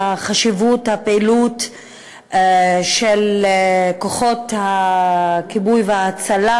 חשיבות הפעילות של כוחות הכיבוי וההצלה,